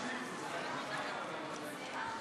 ואני מבקש לאפשר לחברת הכנסת להתחיל בדבריה.